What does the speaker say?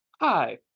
hi